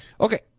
Okay